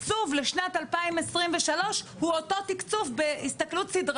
תעשה כלמה שאתה רק יכול אדוני השר כדי לא להוציא את זה החוצה.